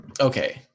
okay